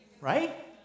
Right